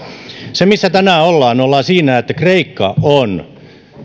se missä tänään ollaan ollaan on että kreikka on